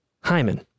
Hyman